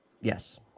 Yes